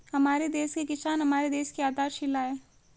हमारे देश के किसान हमारे देश की आधारशिला है